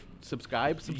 subscribe